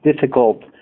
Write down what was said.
difficult